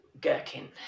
gherkin